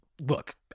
Look